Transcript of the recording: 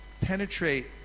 penetrate